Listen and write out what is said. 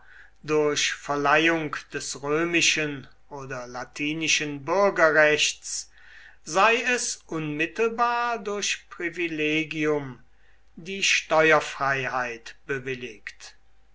durch verleihung des römischen oder latinischen bürgerrechts sei es unmittelbar durch privilegium die steuerfreiheit bewilligt